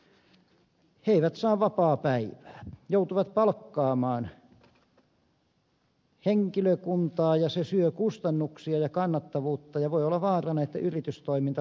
he katsovat että he eivät saa vapaapäivää joutuvat palkkaamaan henkilökuntaa se syö kustannuksia ja kannattavuutta ja voi olla vaarana että yritystoiminta lopetetaan